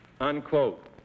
unquote